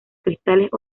cristales